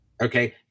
Okay